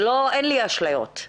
איני משלה את עצמי,